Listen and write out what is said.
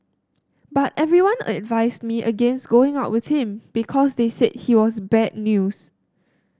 but everyone advised me against going out with him because they said he was bad news